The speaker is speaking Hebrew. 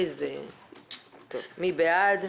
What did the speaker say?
מי בעד?